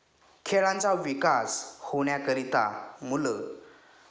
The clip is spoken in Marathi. खेळांचा विकास होण्याकरिता मुलं